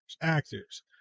actors